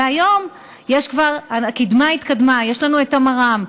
היום הקדמה התקדמה: יש לנו את המר"מ,